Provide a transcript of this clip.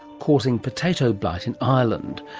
causing potato blight in ireland?